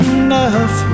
enough